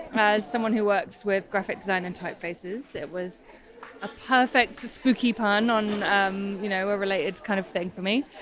as someone who works with graphic design and typefaces, it was a perfect spooky pun on um you know a related kind of theme for me.